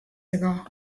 ago